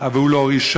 אבל הוא לא ראשון,